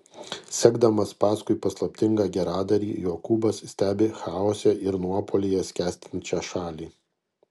sekdamas paskui paslaptingą geradarį jokūbas stebi chaose ir nuopuolyje skęstančią šalį